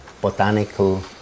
botanical